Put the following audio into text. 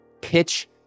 pitch